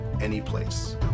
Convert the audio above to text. anyplace